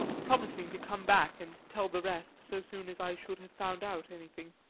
promising to come back and tell the rest so soon as i should have found out anything.